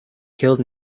killed